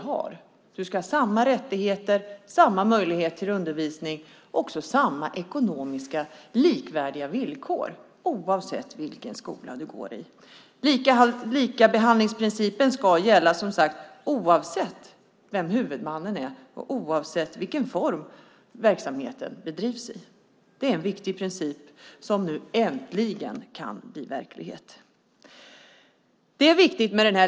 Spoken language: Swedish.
Man ska ha samma rättigheter, samma möjlighet till undervisning och samma ekonomiska likvärdiga villkor oavsett vilken skola som man går i. Likabehandlingsprincipen ska som sagt gälla oavsett vem huvudmannen är och oavsett vilken form verksamheten bedrivs i. Det är en viktig princip som nu äntligen kan bli verklighet.